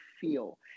feel